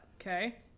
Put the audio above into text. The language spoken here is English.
Okay